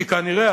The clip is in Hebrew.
כי כנראה,